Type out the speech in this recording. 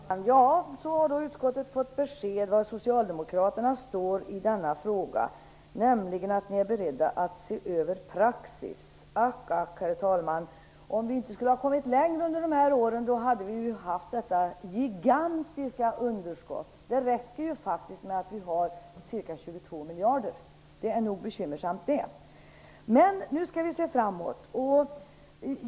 Herr talman! Då har utskottet fått besked var socialdemokraterna står i denna fråga, nämligen att ni är beredda att se över praxis. Ack, ack, herr talman, om vi inte hade kommit längre under de här åren då hade vi ju haft detta gigantiska underskott. Det räcker faktiskt med att vi har ca 22 miljarder. Det är tillräckligt bekymmersamt. Men nu skall vi se framåt.